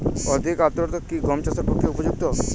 অধিক আর্দ্রতা কি গম চাষের পক্ষে উপযুক্ত?